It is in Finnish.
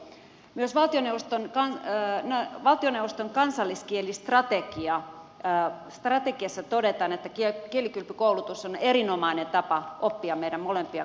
myös valtioneuvoston kansalliskielistrategiassa todetaan että kielikylpykoulutus on erinomainen tapa oppia meidän molempia kansalliskieliämme